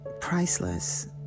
priceless